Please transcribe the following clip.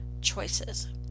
choices